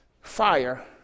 fire